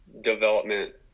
development